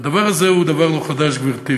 והדבר הזה הוא דבר לא חדש, גברתי.